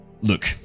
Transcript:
look